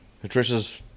Patricia's